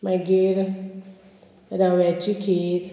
मागीर रव्याची खीर